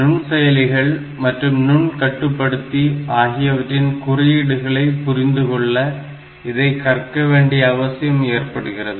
நுண்செயலிகள் மற்றும் நுண் கட்டுபடுத்தி ஆகியவற்றின் குறியீடுகளை புரிந்துகொள்ள இதை கற்க வேண்டிய அவசியம் ஏற்படுகிறது